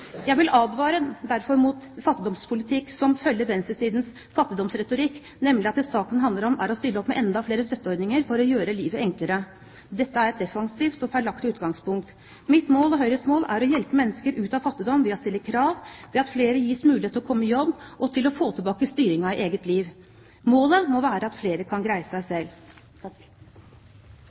Jeg vil derfor advare mot en fattigdomspolitikk som følger venstresidens fattigdomsretorikk, nemlig å stille opp med enda flere støtteordninger for å gjøre livet enklere. Dette er et defensivt og feilaktig utgangspunkt. Mitt mål, og Høyres mål, er å hjelpe mennesker ut av fattigdom ved å stille krav, ved at flere gis mulighet til å komme i jobb og til å få tilbake styringen av eget liv. Målet må være at flere kan greie seg selv.